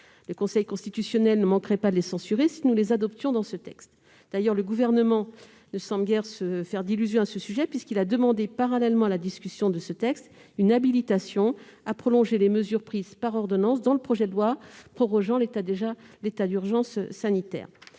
Le Conseil constitutionnel ne manquerait pas de les censurer si nous les adoptions dans ce texte. D'ailleurs, le Gouvernement ne semble guère se faire d'illusions sur le sujet, puisqu'il a demandé, parallèlement à la discussion de ce texte, une habilitation à prolonger les mesures prises par ordonnance dans le projet de loi prorogeant l'état d'urgence sanitaire.